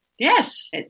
Yes